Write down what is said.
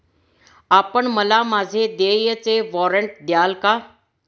आपण मला माझे देयचे वॉरंट द्याल का?